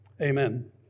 Amen